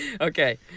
Okay